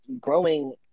growing